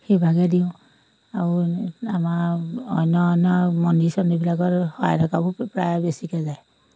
সেইভাগে দিওঁ আৰু আমাৰ অন্য অন্য মন্দিৰ চন্দিৰবিলাকত শৰাই ঢকাবোৰ প্ৰায় বেছিকৈ যায়